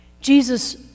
Jesus